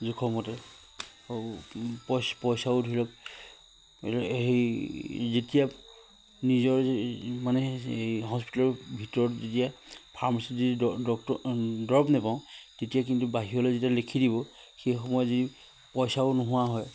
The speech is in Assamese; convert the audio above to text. জোখমতে পইচাও ধৰি লওক সেই যেতিয়া নিজৰ মানে হস্পিটেলৰ ভিতৰত যেতিয়া ফাৰ্মাচি যদি ডক্টৰ দৰৱ নেপাওঁ তেতিয়া কিন্তু বাহিৰলে যেতিয়া লিখি দিব সেই সময়ত যদি পইচাও নোহোৱা হয়